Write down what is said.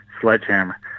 sledgehammer